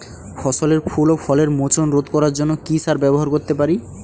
ফসলের ফুল ও ফলের মোচন রোধ করার জন্য কি সার ব্যবহার করতে পারি?